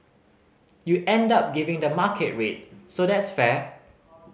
you end up giving the market rate so that's fair